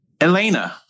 Elena